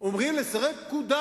אומרים לסרב פקודה,